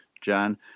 John